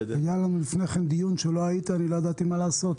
היה לנו לפני כן דיון בו לא היית ואני לא ידעתי מה לעשות.